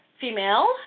Female